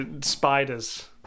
spiders